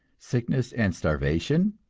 sickness and starvation,